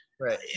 Right